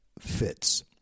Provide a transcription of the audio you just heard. fits